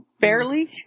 Barely